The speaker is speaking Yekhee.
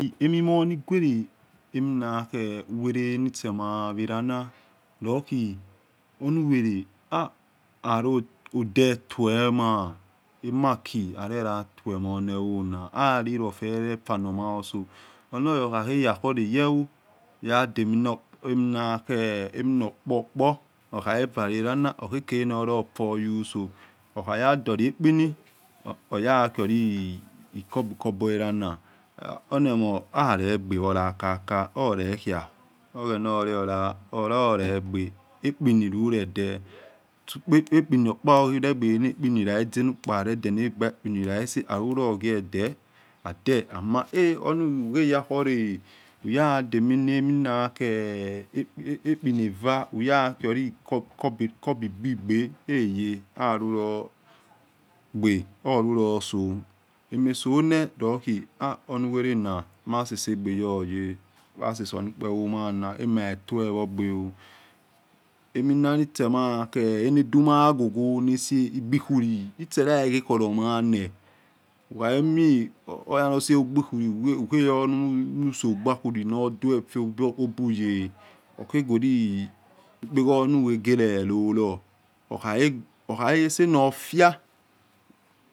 Εmomornigure eminakhe uwele nitsemawela na lohohonuweleha harode tuel ma emaki arolatuel ma wanevona halilofelo kfanomauso onoya hohaheyahore yevo oyajemina okpokpo hohakhe varewalana huhekhe norokforya uso huhaya duliwekpini oya khoh kobo kobo we lana humemor aligbe walakaka hula khia oghena huliola hulaholegbe ekpeni lulede suna ekpeni okpa luregbena ekpeni la echie nukparede nakpa ekpeni la ese halulogiede ade ama uheyakhore huyademina heminakhe ekpeni eva huyakhioli kobo igbe igbe heye halulorgbe hulu lorso emesonolohi hunuwelena masasagbe uyowolyo maseso nukpevo mana ema ke tuel wo gbe oh heminanitse mana nadumaghogho nase igbikwili itselalehe kholor mana huho hemooya noseh igbikwili noduefobuye huhegweli epekholor nuhegelelolor huha helase nofia.